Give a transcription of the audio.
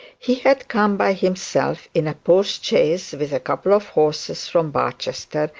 he had come by himself in a post-chaise with a couple of horses from barchester,